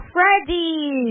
Freddie